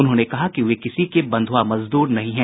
उन्होंने कहा कि वे किसी के बंधुआ मजदूर नहीं हैं